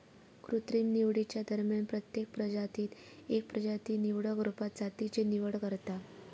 कृत्रिम निवडीच्या दरम्यान प्रत्येक प्रजातीत एक प्रजाती निवडक रुपात जातीची निवड करता